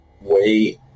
wait